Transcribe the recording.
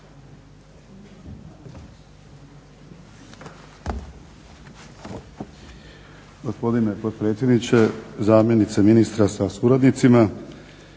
Hvala